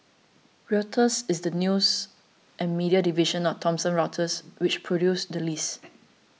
Reuters is the news and media division of Thomson Reuters which produced the list